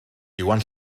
iwan